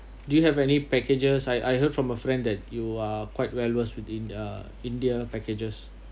do you have any packages I I heard from a friend that you uh quite well worth within uh india packages